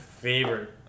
favorite